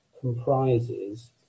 comprises